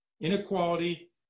inequality